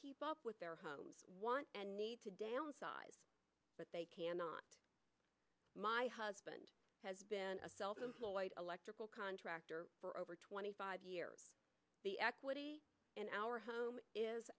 keep up with their want and need to downsize but they cannot my husband has been a self employed electrical contractor for over twenty five years the equity in our house is